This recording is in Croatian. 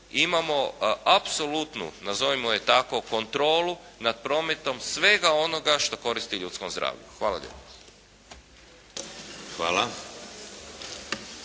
imamo apsolutnu, nazovimo je tako kontrolu nad prometa svega onoga što koristi ljudskom zdravlju. Hvala lijepa.